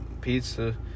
pizza